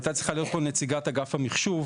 היתה צריכה להיות פה נציגת אגף המחשוב.